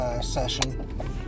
session